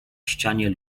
ścianie